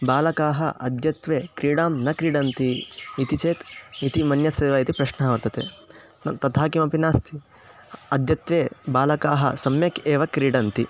बालकाः अद्यत्वे क्रीडां न क्रीडन्ति इति चेत् इति मन्यसे वा इति प्रश्नः वर्तते तथा किमपि नास्ति अद्यत्वे बालकाः सम्यक् एव क्रीडन्ति